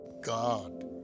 God